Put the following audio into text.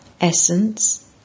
Essence